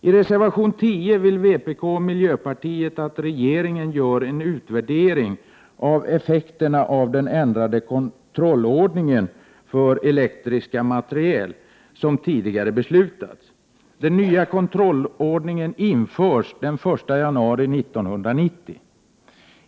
I reservation 10 vill vpk och miljöpartiet att regeringen gör en utvärdering av effekterna av den ändrade kontrollordning för elektrisk materiel som det tidigare fattats beslut om. Den nya kontrollordningen införs den 1 januari 1990.